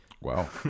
Wow